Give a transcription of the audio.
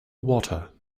water